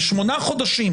בשמונה חודשים